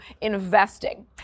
investing